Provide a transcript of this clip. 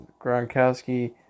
Gronkowski